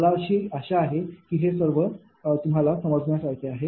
मला आशा आहे की हे सर्व समजण्या सारखे आहे